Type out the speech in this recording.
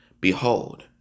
behold